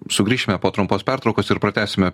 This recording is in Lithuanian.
sugrįšime po trumpos pertraukos ir pratęsime